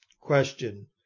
question